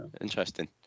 Interesting